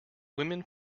women